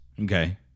Okay